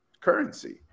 currency